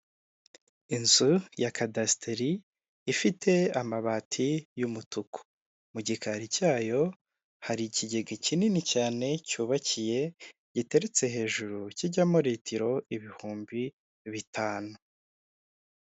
Inzu ya kadasiteri, ifite amabati y'umutuku mu gikari cyayo hari ikigega kinini cyane cyubakiye giteretse hejuru kijyamo litiro ibihumbi bitanu.